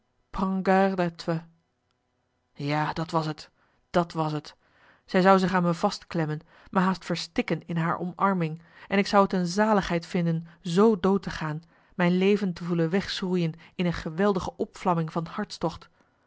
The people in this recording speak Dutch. toi ja dat was t dat was t zij zou zich aan me vastklemmen me haast verstikken in haar omarming en ik zou t een zaligheid vinden z dood te gaan mijn leven te voelen wegschroeien in een geweldige opvlamming van hartstocht